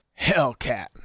Hellcat